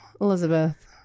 Elizabeth